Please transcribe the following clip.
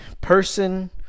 person